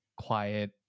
quiet